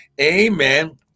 Amen